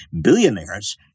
billionaires